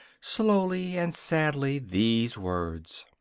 slowly and sadly, these words